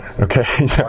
Okay